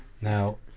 Now